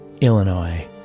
Illinois